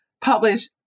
publish